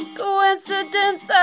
coincidence